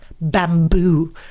bamboo